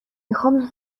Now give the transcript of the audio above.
میخام